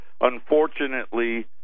unfortunately